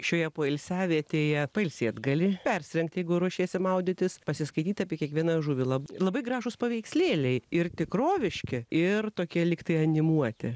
šioje poilsiavietėje pailsėt gali persirengti jeigu ruošiesi maudytis pasiskaityt apie kiekvieną žuvį labai labai gražūs paveikslėliai ir tikroviški ir tokie lyg tai animuoti